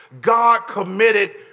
God-committed